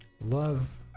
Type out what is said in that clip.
Love